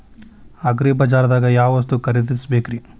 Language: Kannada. ಅಗ್ರಿಬಜಾರ್ದಾಗ್ ಯಾವ ವಸ್ತು ಖರೇದಿಸಬೇಕ್ರಿ?